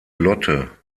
lotte